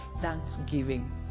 thanksgiving